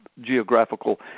geographical